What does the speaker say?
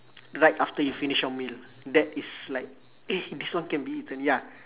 right after you finish your meal that is like eh this one can be eaten ya